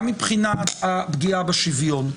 גם מבחינת הפגיעה בשוויון.